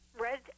Red